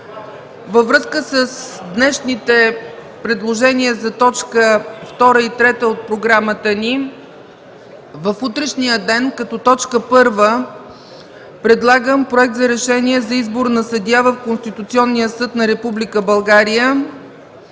Във връзка с днешните предложения за точки 2 и 3 от програмата ни, в утрешния ден предлагам: 1. Проект за решение за избор на съдия в Конституционния съд на Република България.